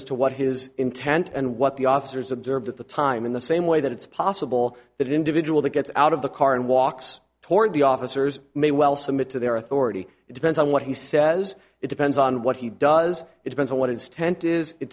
as to what his intent and what the officers observed at the time in the same way that it's possible that an individual that gets out of the car and walks toward the officers may well submit to their authority it depends on what he says it depends on what he does it depends on what his tent is it